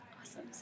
awesome